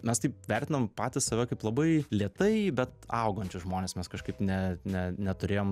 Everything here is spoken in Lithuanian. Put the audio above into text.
mes taip vertinom patys save kaip labai lėtai bet augančius žmones mes kažkaip ne ne neturėjom